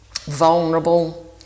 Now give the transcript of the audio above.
vulnerable